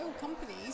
companies